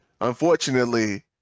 unfortunately